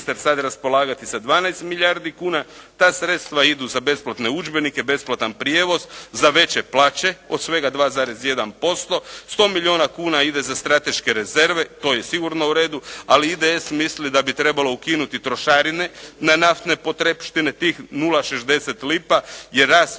sad raspolagati sa 12 milijardi kuna. ta sredstva idu za besplatne udžbenike, besplatan prijevoz, za veće plaće od svega 2,1%. 100 milijuna kuna ide za strateške rezerve, to je sigurno u redu. Ali IDS misli da bi trebalo ukinuti trošarine na naftne potrepštine tih 0,60 lipa je rast